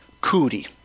Cootie